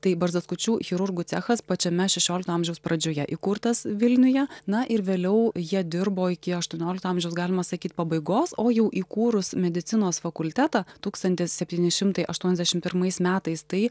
tai barzdaskučių chirurgų cechas pačiame šešiolikto amžiaus pradžioje įkurtas vilniuje na ir vėliau jie dirbo iki aštuoniolikto amžiaus galima sakyt pabaigos o jau įkūrus medicinos fakultetą tūkstantis septyni šimtai aštuoniasdešim pirmais metais tai